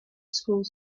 schools